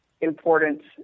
important